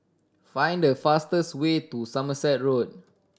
find the fastest way to Somerset Road